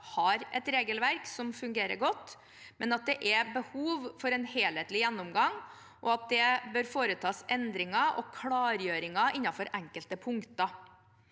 har et regelverk som fungerer godt, men at det er behov for en helhetlig gjennomgang, og at det bør foretas endringer og klargjøringer innenfor enkelte punkter.